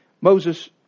Moses